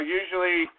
usually